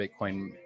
Bitcoin